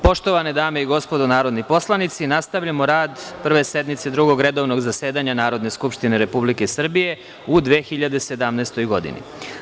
Poštovane dame i gospodo narodni poslanici, nastavljamo rad Prve sednice Drugog redovnog zasedanja Narodne skupštine Republike Srbije u 2017 godini.